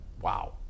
wow